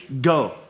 Go